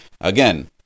Again